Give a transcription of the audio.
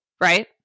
Right